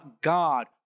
God